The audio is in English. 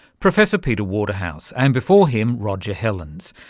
professor peter waterhouse and before him roger hellens.